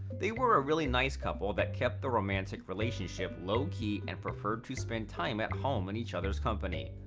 they were a really nice couple that kept their romantic relationship low-key and preferred to spend time at home in each other's company.